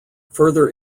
further